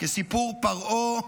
כסיפור פרעה,